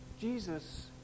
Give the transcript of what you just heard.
Jesus